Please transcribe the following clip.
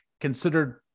considered